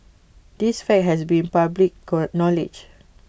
this fact has been public knowledge